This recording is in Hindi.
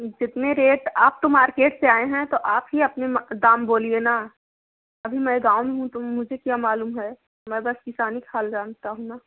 जितना रेट आप तो मार्केट से आए हैं तो आप ही अपने म दाम बोलिए ना अभी मैं गाँव में हूँ तो मुझे क्या मालूम है मैं बस किसानी का हाल जानता हूँ ना